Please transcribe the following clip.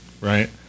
right